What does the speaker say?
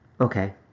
Okay